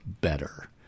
better